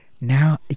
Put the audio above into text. Now